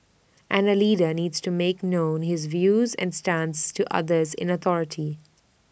and A leader needs to make known his views and stance to others in authority